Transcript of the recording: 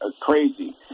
crazy